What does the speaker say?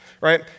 Right